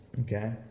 okay